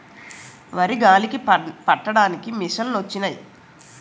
వరి గాలికి పట్టడానికి మిసంలొచ్చినయి